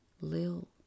Lil